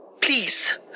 Please